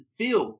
feel